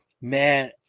Man